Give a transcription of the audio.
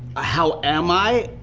how am i?